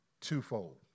twofold